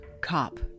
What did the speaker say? cop